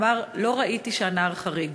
אמר: לא ראיתי שהנער חריג,